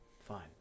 fine